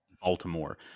Baltimore